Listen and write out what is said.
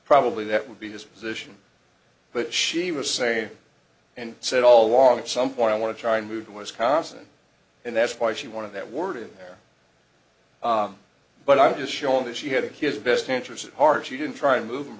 probably that would be his position but she was saying and said all along at some point i want to try to move wisconsin and that's why she wanted that word in there but i'm just showing that she had his best interests at heart she didn't try to move